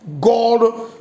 God